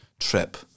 trip